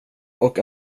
och